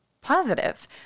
positive